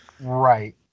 right